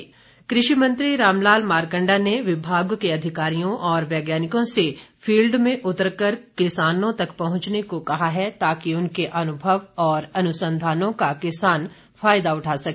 मारकंडा कृषि मंत्री रामलाल मारकंडा ने विभाग के अधिकारियों और वैज्ञानिकों से फील्ड में उतरकर किसानों तक पहुंचने को कहा है ताकि उनके अनुभव और अनुसंधानों का किसान फायदा उठा सके